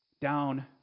down